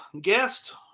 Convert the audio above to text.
guest